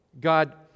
God